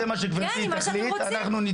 אם זה מה שגברתי תחליט אנחנו נתמוך בזה.